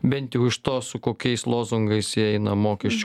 bent jau iš to su kokiais lozungais įeina mokesčių